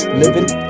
living